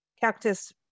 cactus